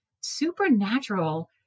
supernatural